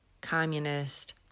communist